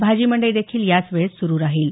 भाजीमंडई देखील याच वेळेत सुरु राहील